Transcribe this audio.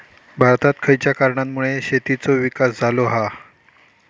भारतात खयच्या कारणांमुळे शेतीचो विकास झालो हा?